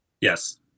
Yes